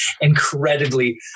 incredibly